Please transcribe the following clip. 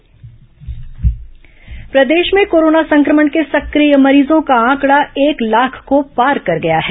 corona समाचार प्रदेश में कोरोना संक्रमण के सक्रिय मरीजों का आंकड़ा एक लाख को पार कर गया है